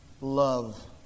Love